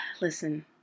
listen